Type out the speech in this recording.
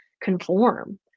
conform